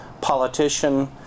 politician